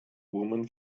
woman